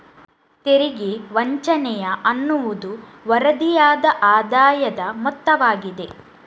ತೆರಿಗೆ ವಂಚನೆಯ ಅನ್ನುವುದು ವರದಿಯಾಗದ ಆದಾಯದ ಮೊತ್ತವಾಗಿದೆ